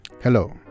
hello